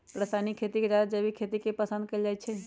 रासायनिक खेती से जादे जैविक खेती करे के पसंद कएल जाई छई